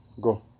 go